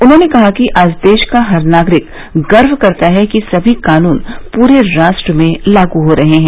उन्होंने कहा कि आज देश का हर नागरिक गर्व करता है कि सभी कानून पूरे राष्ट्र में लागू हो रहे हैं